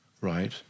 right